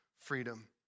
freedom